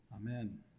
Amen